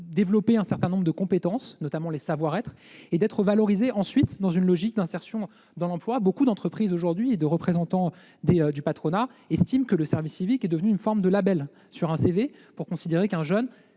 développer un certain nombre de compétences, notamment des savoir-être, et d'être valorisés ensuite dans une logique d'insertion dans l'emploi. En effet, beaucoup d'entreprises et de représentants du patronat estiment aujourd'hui que le service civique est devenu une forme de label sur un CV ; ils considèrent qu'un jeune